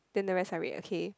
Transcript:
then the rest are red okay